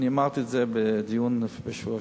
אמרתי את זה בדיון בשבוע שעבר,